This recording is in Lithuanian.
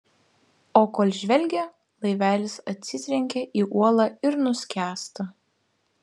o kol žvelgia laivelis atsitrenkia į uolą ir nuskęsta